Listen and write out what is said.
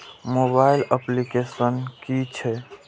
Mobile application कि छै?